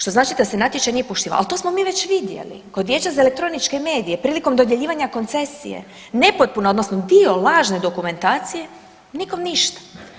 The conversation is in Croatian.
Što znači da se natječaj nije poštivao, ali to smo mi već vidjeli kod Vijeća za elektroničke medije, prilikom dodjeljivanja koncesije, nepotpuna odnosno dio lažne dokumentacije, nikom ništa.